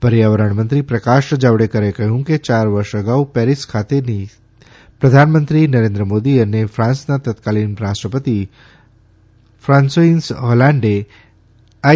પર્યાવરણ મંત્રી પ્રકાશ જાવડેકરે કહ્યું કે ચાર વર્ષ અગાઉ પેરિસ ખાતેથી પ્રધાનમંત્રી નરેન્દ્રમોદી અને ફાંસના તત્કાલીન રાષ્ટ્રપતિ ફાન્કોઇસ હોલાન્ડે આઇ